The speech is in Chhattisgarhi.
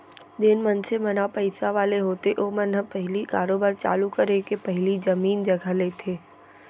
जेन मनसे मन ह पइसा वाले होथे ओमन ह पहिली कारोबार चालू करे के पहिली जमीन जघा लेथे